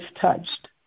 touched